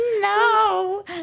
No